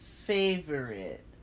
favorite